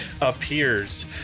appears